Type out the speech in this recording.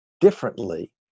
differently